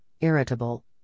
irritable